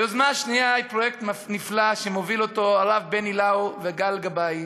היוזמה השנייה היא פרויקט נפלא שמובילים הרב בני לאו וגל גבאי,